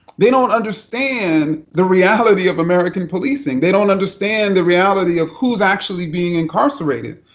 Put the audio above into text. they don't understand the reality of american policing. they don't understand the reality of who's actually being incarcerated.